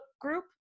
group